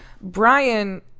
Brian